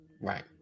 right